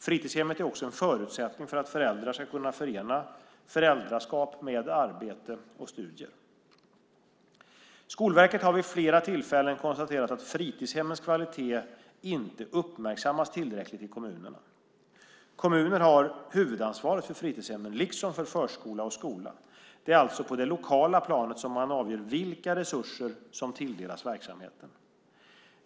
Fritidshemmet är också en förutsättning för att föräldrar ska kunna förena föräldraskap med arbete och studier. Skolverket har vid flera tillfällen konstaterat att fritidshemmens kvalitet inte uppmärksammas tillräckligt i kommunerna. Kommuner har huvudansvaret för fritidshemmen liksom för förskola och skola. Det är alltså på det lokala planet som man avgör vilka resurser som tilldelas verksamheten.